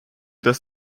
das